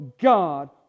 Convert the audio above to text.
God